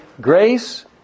grace